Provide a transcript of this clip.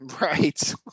Right